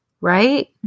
right